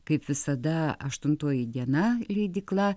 kaip visada aštuntoji diena leidykla